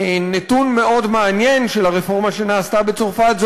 נתון מאוד מעניין של הרפורמה שנעשתה בצרפת הוא